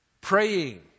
praying